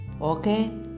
Okay